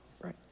right